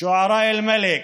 שועראא אל-מלכ.